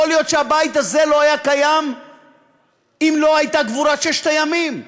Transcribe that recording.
יכול להיות שהבית הזה לא היה קיים אם לא הייתה גבורת ששת הימים.